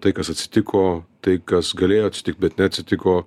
tai kas atsitiko tai kas galėjo atsitikt bet neatsitiko